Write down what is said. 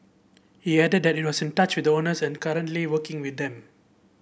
he added that it was in touch with owners and currently working with them